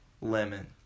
Lemon